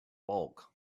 bulk